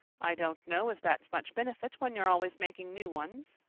i don't know as that's much benefit when you're always making new ones.